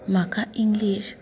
म्हाका इंग्लीश